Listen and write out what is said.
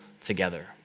together